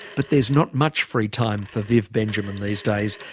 but there's not much free time for viv benjamin these days,